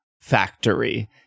factory